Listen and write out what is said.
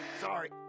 Sorry